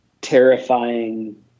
terrifying